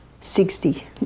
Sixty